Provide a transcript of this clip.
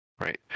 right